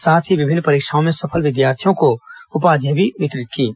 साथ ही विभिन्न परीक्षाओं में सफल विद्यार्थियों को उपाधियां वितरित कीं